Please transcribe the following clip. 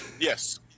Yes